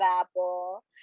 apple